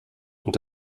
und